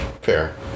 Fair